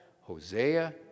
Hosea